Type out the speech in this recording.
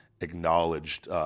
acknowledged